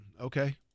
Okay